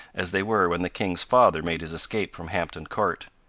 as they were when the king's father made his escape from hampton court.